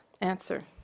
Answer